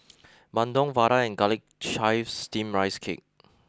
Bandung Vadai and Garlic Chives Steamed Rice Cake